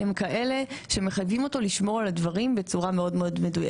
הם כאלה שמחייבים אותו לשמור על הדברים בצורה מאוד מאוד מדויקת.